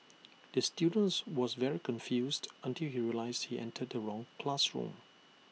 the student was very confused until he realised he entered the wrong classroom